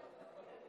ממשלה טובה.